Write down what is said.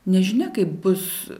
nežinia kaip bus